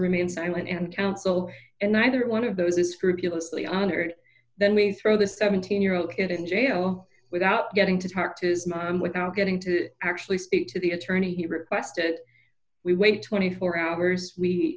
remain silent and counsel and neither one of those is scrupulously honored then we throw the seventeen year old kid in jail without getting to talk to his mom without getting to actually speak to the attorney he requested we wait twenty four hours we